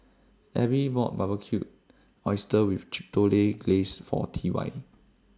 Ebbie bought Barbecued Oysters with Chipotle Glaze For T Y